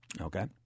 Okay